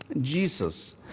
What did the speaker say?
Jesus